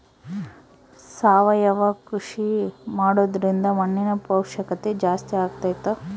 ಸಾವಯವ ಕೃಷಿ ಮಾಡೋದ್ರಿಂದ ಮಣ್ಣಿನ ಪೌಷ್ಠಿಕತೆ ಜಾಸ್ತಿ ಆಗ್ತೈತಾ?